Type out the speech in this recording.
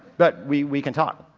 but we, we can talk.